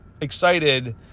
excited